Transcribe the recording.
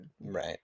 right